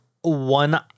one